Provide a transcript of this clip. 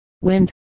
wind